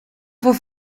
voor